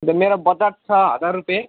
अन्त मेरो बजट छ हजार रुपियाँ